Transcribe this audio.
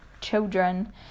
children